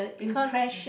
because